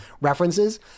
references